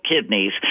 kidneys